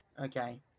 Okay